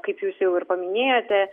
kaip jūs jau ir paminėjote